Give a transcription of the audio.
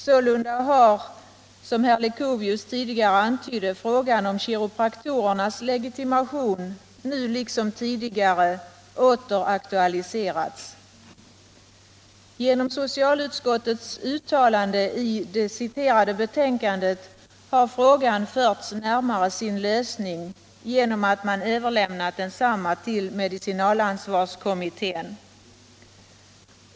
Sålunda har, som herr Leuchovius tidigare antydde, frågan om kiropraktorernas legitimation nu åter aktualiserats. Genom socialutskottets uttalande i det citerade betänkandet har frågan förts närmare sin lösning genom att man överlämnar densamma till medicinalansvarskommittén.